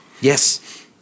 Yes